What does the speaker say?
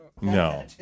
No